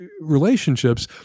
Relationships